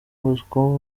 bosco